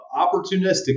opportunistic